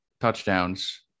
touchdowns